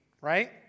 right